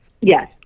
Yes